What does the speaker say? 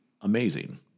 amazing